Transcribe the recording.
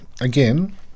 again